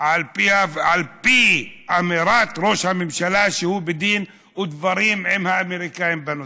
על פי אמירת ראש הממשלה שהוא בדין ודברים עם האמריקנים בנושא.